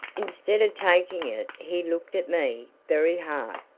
instead of taking it he looked at me very hard.